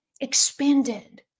expanded